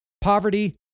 poverty